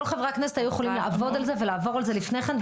כל חברי הכנסת היו יכולים לעבוד על זה ולעבור על זה לפני כן,